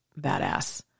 badass